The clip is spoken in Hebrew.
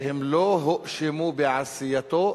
שהם לא הואשמו בעשייתו,